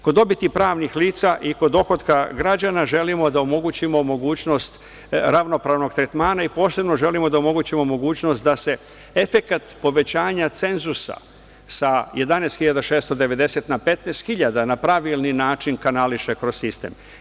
Kod dobiti pravnih lica i kod dohotka građana, želimo da omogućimo mogućnost ravnopravnog tretmana i posebno želimo da omogućimo mogućnost da se efekat povećanja cenzusa sa 11690, na 15000 na pravilan način kanališe kroz sistem.